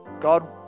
God